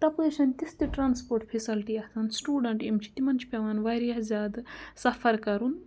تَپٲرۍ چھَنہٕ تِژھ تہِ ٹرٛانَسپوٹ فیسَلٹی آسان سٹوٗڈَنٛٹ یِم چھِ تِمَن چھِ پٮ۪وان واریاہ زیادٕ سَفَر کَرُن